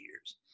years